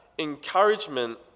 Encouragement